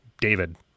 David